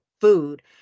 food